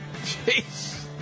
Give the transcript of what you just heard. Jeez